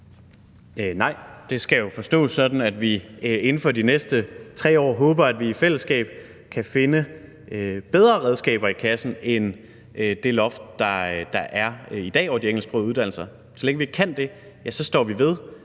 Nej, det skal jo forstås sådan, at vi inden for de næste 3 år håber, at vi i fællesskab kan finde bedre redskaber i kassen end det loft, der er i dag, over de engelsksprogede uddannelser. Så længe vi ikke kan det, står vi ved